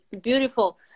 beautiful